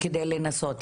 וכדי לנסות.